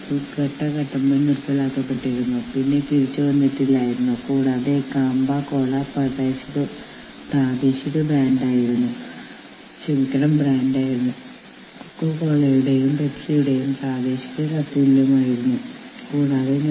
യൂണിയനുകൾ ഉണ്ടാക്കുന്നതിലെ മറ്റൊരു വശം അല്ലെങ്കിൽ മറ്റൊരു പ്രശ്നം യൂണിയൻ ഭാരവാഹികൾ എന്ന നിലയിൽ വോട്ടുനേടാൻ കഴിയുന്ന സ്ഥാനാർത്ഥികളുടെ യോഗ്യത നിർണ്ണയിക്കുക എന്നതാണ്